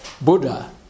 Buddha